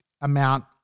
amount